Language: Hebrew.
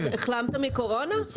ברוך